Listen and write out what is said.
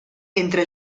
entre